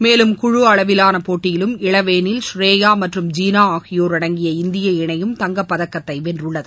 மேலும் குழு அளவிலான போட்டியிலும் இளவேனில் ஸ்ரேயா மற்றும் ஜீனா ஆகியோர் அடங்கிய இந்திய இணையும் தங்கப்பதக்கத்தை வென்றுள்ளது